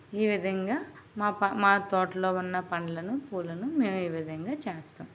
ఈ విధంగా మా తోటలో ఉన్న పళ్ళను పూలను మేము ఈ విధంగా చేస్తాం